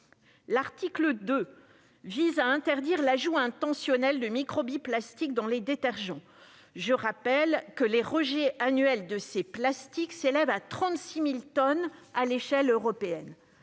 L'article 2 vise à interdire l'ajout intentionnel de microbilles de plastique dans les détergents. Je rappelle que les rejets annuels de ces plastiques s'élèvent à 36 000 tonnes à l'échelle européenne.